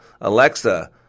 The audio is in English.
Alexa